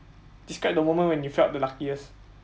describe the moment when you felt the luckiest